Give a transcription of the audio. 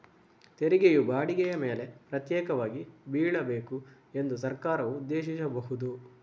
ತೆರಿಗೆಯು ಬಾಡಿಗೆಯ ಮೇಲೆ ಪ್ರತ್ಯೇಕವಾಗಿ ಬೀಳಬೇಕು ಎಂದು ಸರ್ಕಾರವು ಉದ್ದೇಶಿಸಬಹುದು